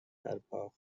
برپا